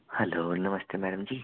hello नमस्ते madam जी